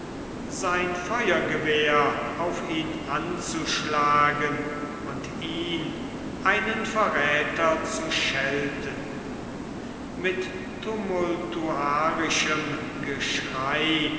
sein feuergewehr auf ihn anzuschlagen und ihn einen verräther zu schelten mit tumultuarischem geschrei